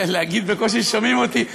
להגיד שבקושי שומעים אותי?